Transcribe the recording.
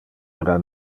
era